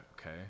okay